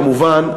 כמובן,